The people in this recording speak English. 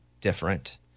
different